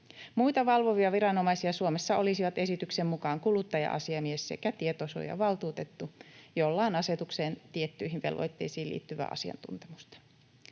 Muita valvovia viranomaisia Suomessa olisivat esityksen mukaan kuluttaja-asiamies sekä tietosuojavaltuutettu, joilla on asetuksen tiettyihin velvoitteisiin liittyvää asiantuntemusta.